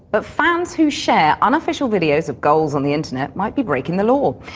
but fans who share unofficial videos of goals on the internet might be breaking the law,